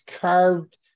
carved